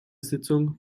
sitzung